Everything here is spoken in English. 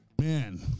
Man